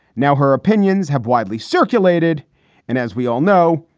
now her opinions have widely circulated and as we all know,